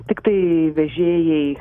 tiktai vežėjai